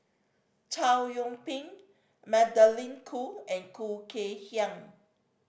Chow Yian Ping Magdalene Khoo and Khoo Kay Hian